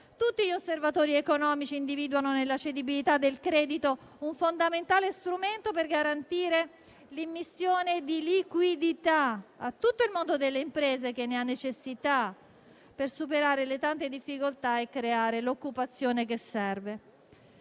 Tutti gli osservatori economici individuano nella cedibilità del credito un fondamentale strumento per garantire l'immissione di liquidità a tutto il mondo delle imprese che ne ha necessità per superare le tante difficoltà e creare l'occupazione che serve.